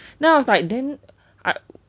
then I was like then I